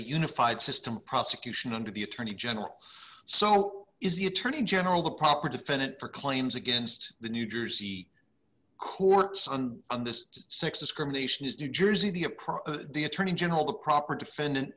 a unified system prosecution under the attorney general so is the attorney general the proper defendant for claims against the new jersey courts on on this six discrimination is new jersey the approach of the attorney general the proper defendant